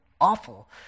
awful